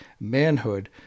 Manhood